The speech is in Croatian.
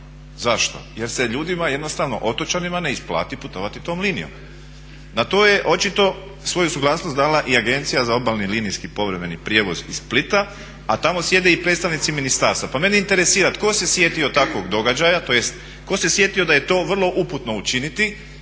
Zašto? Jer se ljudima jednostavno otočanima ne isplati putovati tom linijom. Na to je očito svoju suglasnost dala i Agencija za obalni linijski povremeni prijevoz iz Splita a tamo sjede i predstavnici ministarstva. Pa mene interesira tko se sjetio takvog događaja, tj. tko se sjetio da je to vrlo uputno učiniti